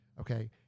Okay